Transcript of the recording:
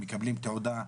הם מקבלים תעודה,